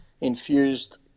infused